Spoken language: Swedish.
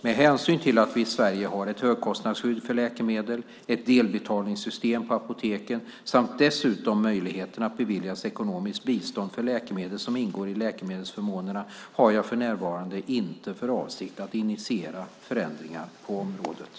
Med hänsyn till att vi i Sverige har ett högkostnadsskydd för läkemedel, ett delbetalningssystem på apoteken samt dessutom möjligheten att beviljas ekonomiskt bistånd för läkemedel som ingår i läkemedelsförmånerna har jag för närvarande inte för avsikt att initiera några förändringar på området.